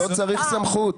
הוא לא צריך סמכות.